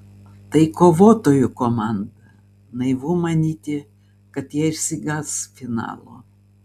tai kovotojų komanda naivu manyti kad jie išsigąs finalo